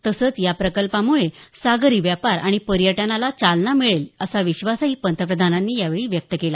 तसंच या प्रकल्पामुळे सागरी व्यापार आणि पर्यटनाला चालना मिळेल विश्वासही पंतप्रधानांनी यावेळी व्यक्त केला